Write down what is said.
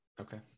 Okay